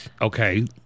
Okay